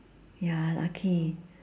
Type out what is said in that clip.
ya lucky